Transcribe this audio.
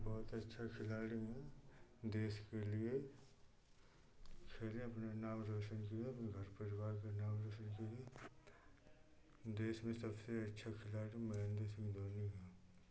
बहुत अच्छा खिलाड़ी है देश के लिए खेलें अपने नाम रोशन किए और अपने घर परिवार का नाम रोशन किए देश में सबसे अच्छा खिलाड़ी महेंद सिंह धोनी है